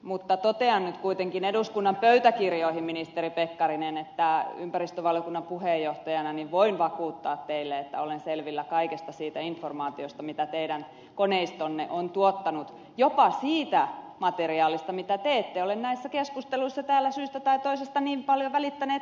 mutta totean nyt kuitenkin eduskunnan pöytäkirjoihin ministeri pekkarinen että ympäristövaliokunnan puheenjohtajana voin vakuuttaa teille että olen selvillä kaikesta siitä informaatiota mitä teidän koneistonne on tuottanut jopa siitä materiaalista mitä te ette ole näissä keskusteluissa täällä syystä tai toisesta niin paljon välittänyt kertoa meille